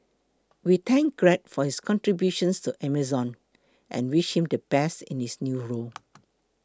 we thank Greg for his contributions to Amazon and wish him the best in his new role